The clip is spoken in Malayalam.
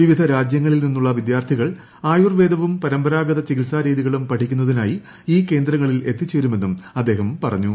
വിവിധ രാജൃങ്ങളിൽ നിന്നുള്ള വ്യിദ്ധ്യാർത്ഥികൾ ആയുർവേദവും പരമ്പരാഗത ചികിത്സാ രീത്യികളും പഠിക്കുന്നതിനായി ഈ കേന്ദ്രങ്ങളിൽ എത്തിച്ചേരുമെന്നും ആദ്ദേഹം പറഞ്ഞു